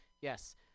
Yes